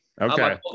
okay